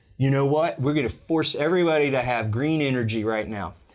you know what we're going to force everybody to have green energy right now.